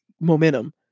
momentum